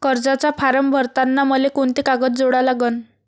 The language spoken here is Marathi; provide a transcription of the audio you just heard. कर्जाचा फारम भरताना मले कोंते कागद जोडा लागन?